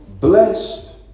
blessed